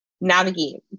navigate